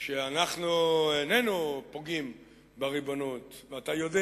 שאנחנו איננו פוגעים בריבונות, ואתה יודע